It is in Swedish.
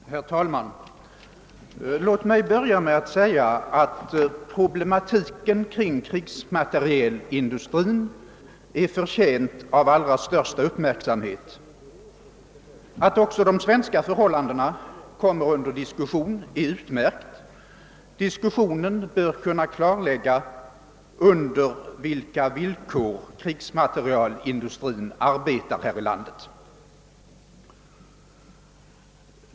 Herr talman! Låt mig börja med att säga att problematiken kring krigsmaterielindustrin är förtjänt av allra största uppmärksamhet. Att också de svenska förhållandena kommer under diskussion är utmärkt. Diskussionen bör kunna klarlägga under vilka villkor krigsmaterielindustrin arbetar här i landet.